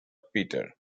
peter